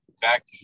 back